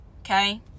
okay